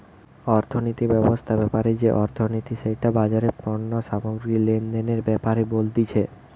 অর্থব্যবস্থা ব্যাপারে যে অর্থনীতি সেটা বাজারে পণ্য সামগ্রী লেনদেনের ব্যাপারে বলতিছে